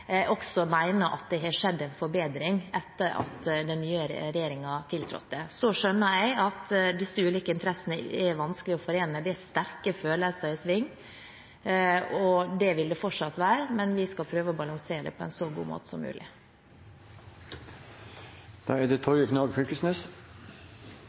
også mener at det har skjedd en forbedring etter at den nye regjeringen tiltrådte. Så skjønner jeg at disse ulike interessene er vanskelig å forene. Det er sterke følelser i sving, og det vil det fortsatt være, men vi skal prøve å balansere det på en så god måte som mulig. Å kjenne til beitegrunnlaget for reineigarane er